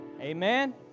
amen